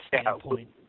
standpoint